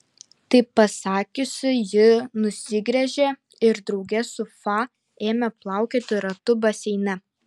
tai pasakiusi ji nusigręžė ir drauge su fa ėmė plaukioti ratu baseine